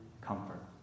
comfort